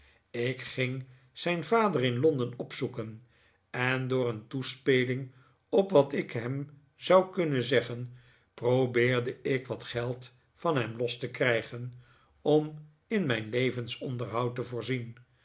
ik ging zijn vader in londen opzoeken en door een toespeling op wat ik hem zou kunnen zeggen probeerde ik wat geld van hem los te krijgen om in mijn levensonderhoud te voorzien